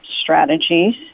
strategies